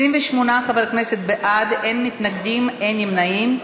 28 חברי כנסת בעד, אין מתנגדים, אין נמנעים.